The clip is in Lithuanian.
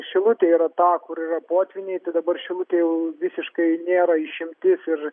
šilutė yra ta kur yra potvyniai tai dabar šilutė jau visiškai nėra išimtis ir